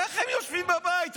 איך הם יושבים בבית?